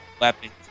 weapons